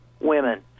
women